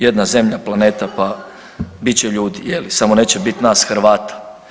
Jedna Zemlja planeta, pa bit će ljudi je li samo neće biti nas Hrvata.